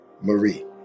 Marie